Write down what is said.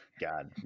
God